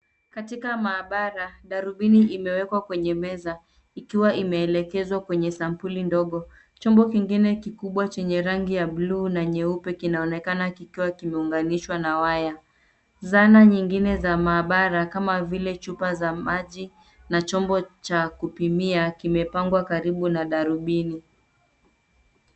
Katika maabara darubini imewekwa kwenye meza ikiwa imeelekezwa kwenye sampuli ndogo. Chombo kingine kikubwa chenye rangi ya buluu na nyeupe kinaonekana kikiwa kimeunganishwa na waya. Zana nyingi zingine za maabara kama vile chupa za maji na chombo cha kupimia kimepangwa karibu na darubini.